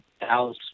house